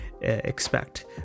expect